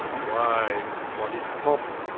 why, what is pompe,